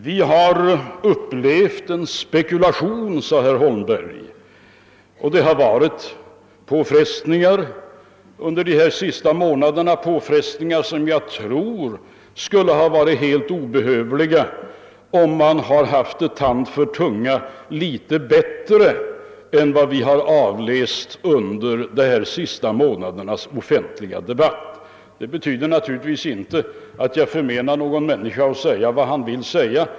Vi har upplevt en spekulation, sade herr Holmberg, och det har varit päfrestningar under de senaste månaderna. Dessa påfrestningar tror jag hade varit helt obehövliga om man hållit tand för tunga litet bättre än vad som varit fallet under de senaste månadernas offentliga debatt. Det betyder naturligtvis inte att jag förmenar nägon människa att säga vad han vill.